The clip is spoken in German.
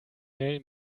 mail